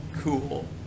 Cool